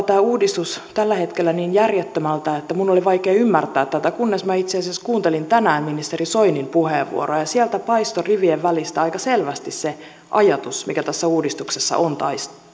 tämä uudistus vaikuttaa tällä hetkellä niin järjettömältä että minun oli vaikea ymmärtää tätä kunnes minä kuuntelin itse asiassa tänään ministeri soinin puheenvuoron ja sieltä paistoi rivien välistä aika selvästi se ajatus mikä tässä uudistuksessa on